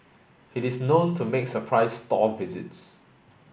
he is known to make surprise store visits